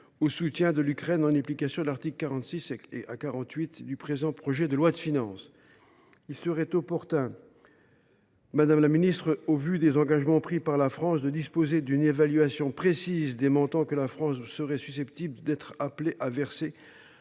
au soutien à l’Ukraine en application des articles 46 à 48 du présent projet de loi de finances. Il serait ainsi opportun, madame la ministre, au vu des engagements pris par la France, de disposer d’une évaluation précise des montants que notre pays serait susceptible d’être appelé à verser